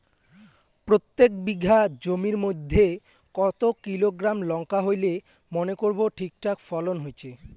প্রত্যেক বিঘা জমির মইধ্যে কতো কিলোগ্রাম লঙ্কা হইলে মনে করব ঠিকঠাক ফলন হইছে?